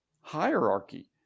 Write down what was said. hierarchy